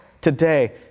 today